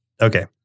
Okay